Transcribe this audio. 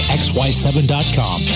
xy7.com